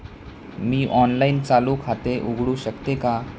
मी online चालू खाते उघडू शकते का?